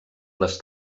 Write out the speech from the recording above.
les